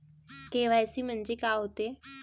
KYC म्हंनजे का होते?